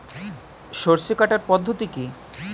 সরষে কাটার পদ্ধতি কি?